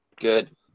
good